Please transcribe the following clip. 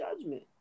judgment